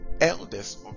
Elders